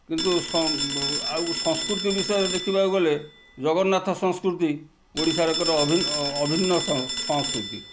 କିନ୍ତୁ ଆଉ ସଂସ୍କୃତି ବିଷୟରେ ଦେଖିବାକୁ ଗଲେ ଜଗନ୍ନାଥ ସଂସ୍କୃତି ଓଡ଼ିଶାରେ ଏକ ଅଭିନ୍ନ ସଂସ୍କୃତି